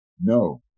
No